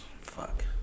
Fuck